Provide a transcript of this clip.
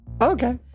Okay